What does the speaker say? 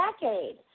decade